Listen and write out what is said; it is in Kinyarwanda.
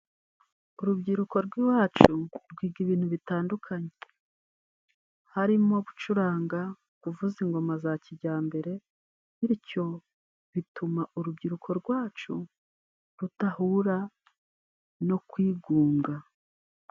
Urubyiruko rw'iwacu rwiga ibintu bitandukanye, harimo gucuranga, kuvuza ingoma za kijyambere, bityo bituma urubyiruko rwacu rudahura no kwigunga.